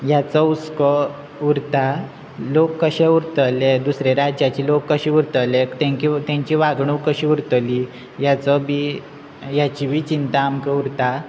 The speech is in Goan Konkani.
ह्याचो उको उरता लोक कशे उरतले दुसरे राज्याचे लोक कशे उरतले तेंची तेंची वागणू कशी उरतली हेचो बी हेची बी चिंता आमकां उरता